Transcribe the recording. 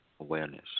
awareness